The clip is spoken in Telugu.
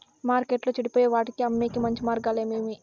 మార్కెట్టులో చెడిపోయే వాటిని అమ్మేకి మంచి మార్గాలు ఏమేమి